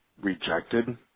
rejected